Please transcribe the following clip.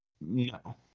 No